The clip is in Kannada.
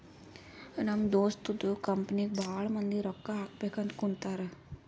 ನಮ್ ದೋಸ್ತದು ಕಂಪನಿಗ್ ಭಾಳ ಮಂದಿ ರೊಕ್ಕಾ ಹಾಕಬೇಕ್ ಅಂತ್ ಕುಂತಾರ್